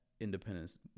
Independence